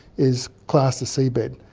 is classed as seabed.